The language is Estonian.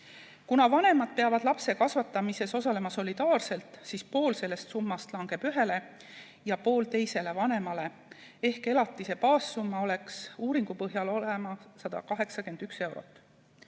Kuna vanemad peavad lapse kasvatamises osalema solidaarselt, siis pool sellest summast langeb ühele ja pool teisele vanemale ehk elatise baassumma peaks uuringu põhjal olema 181 eurot.